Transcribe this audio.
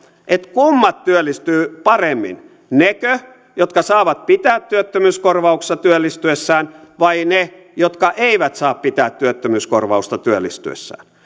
kummat työllistyvät paremmin nekö jotka saavat pitää työttömyyskorvauksensa työllistyessään vai ne jotka eivät saa pitää työttömyyskorvausta työllistyessään